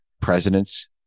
presidents